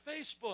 Facebook